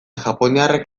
japoniarrek